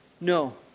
No